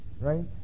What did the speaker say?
Right